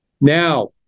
Now